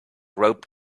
rope